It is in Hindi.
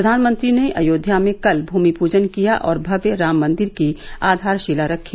प्रधानमंत्री ने अयोध्या में कल भूमि पूजन किया और भव्य राम मंदिर की आधारशिला रखी